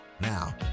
Now